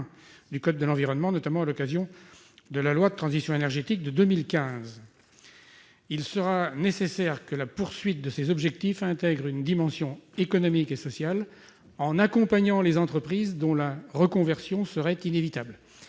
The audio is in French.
du code de l'environnement, notamment à l'occasion de la loi de transition énergétique de 2015. Il sera nécessaire que ces objectifs intègrent une dimension économique et sociale en accompagnant les entreprises dont la reconversion serait inévitable.